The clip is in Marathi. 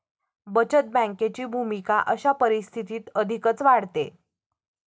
बचत बँकेची भूमिका अशा परिस्थितीत अधिकच वाढते